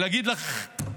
להגיד לך,